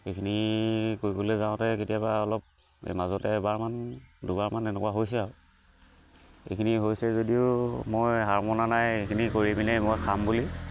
সেইখিনি কৰিবলৈ যাওঁতে কেতিয়াবা অলপ এই মাজতে এবাৰমান দুবাৰমান এনেকুৱা হৈছে আৰু এইখিনি হৈছে যদিও মই হাৰ মনা নাই এইখিনি কৰি পিনে মই খাম বুলি